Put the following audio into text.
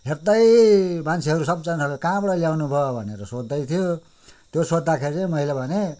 हेर्दै मान्छेहरू सबजनाले कहाँबाट ल्याउनुभयो भनेर सोध्दै थियो त्यो सोद्धाखेरि चाहिँ मैले भनेँ